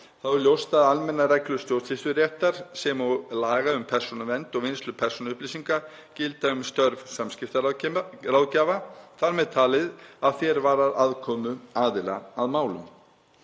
er ljóst að almennar reglur stjórnsýsluréttar, sem og laga um persónuvernd og vinnslu persónuupplýsinga, gilda um störf samskiptaráðgjafa, þar með talið að því er varðar aðkomu aðila að málum.